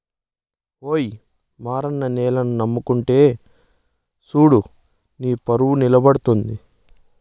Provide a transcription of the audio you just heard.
ఓయి మారన్న నేలని నమ్ముకుంటే సూడు నీపరువు నిలబడతది